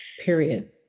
Period